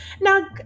Now